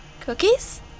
Cookies